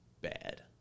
Bad